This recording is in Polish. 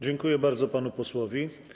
Dziękuję bardzo panu posłowi.